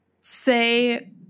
say